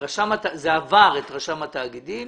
שזה עבר את רשם התאגידים